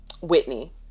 Whitney